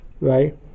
Right